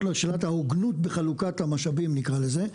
לשאלת ההוגנות בחלוקת המשאבים נקרא לזה,